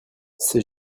ces